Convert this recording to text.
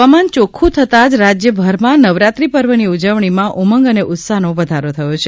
હવામાન ચોખ્ખું થતાં જ રાજ્યભરમાં નવરાત્રિ પર્વની ઉજવણીમાં ઉમંગ અને ઉત્સાહનો વધારો થયો છે